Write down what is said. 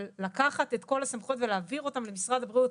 אבל לקחת את כל הסמכויות ולהעביר אותן למשרד הבריאות,